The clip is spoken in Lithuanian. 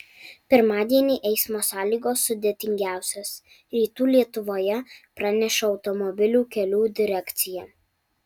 pirmadienį eismo sąlygos sudėtingiausios rytų lietuvoje praneša automobilių kelių direkcija